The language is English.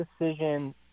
decision